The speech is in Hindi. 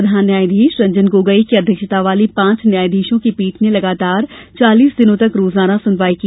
प्रधान न्यायाधीश रंजन गोगोई की अध्यक्षता वाली पांच न्यायाधीशों की पीठ ने लगातार चालीस दिनों तक रोज़ाना सुनवाई की